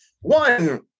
One